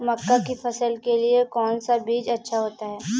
मक्का की फसल के लिए कौन सा बीज अच्छा होता है?